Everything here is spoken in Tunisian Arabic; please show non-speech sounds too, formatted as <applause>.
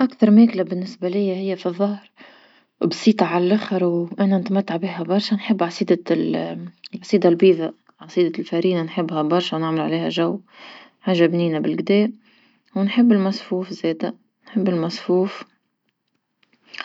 أكثر ماكلة بالنسبة ليا هي في الظهر وبسيطة على لخر وانا نتمتع بها برشا نحب عصيدة <hesitation> لعصيدة البيضاء عصيدة الفرينة نحبها برشا نعمل عليها جو، حاجة بنينة بالقدا ونحب المسفوف زادة نحب المسفوف